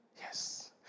Yes